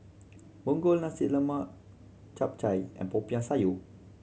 Punggol Nasi Lemak Chap Chai and Popiah Sayur